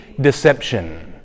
deception